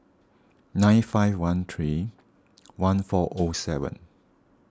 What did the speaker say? nine five one three one four O seven